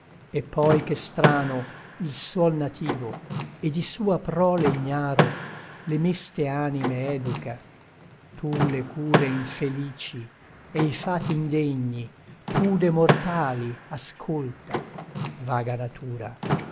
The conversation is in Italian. e poi ch'estrano il suol nativo e di sua prole ignaro le meste anime educa tu le cure infelici e i fati indegni tu de mortali ascolta vaga natura